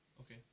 Okay